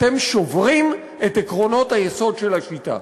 אתם שוברים את עקרונות היסוד של השיטה.